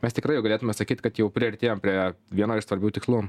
mes tikrai jau galėtume sakyt kad jau priartėjom prie vieno iš svarbių tikslų